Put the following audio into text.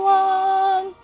one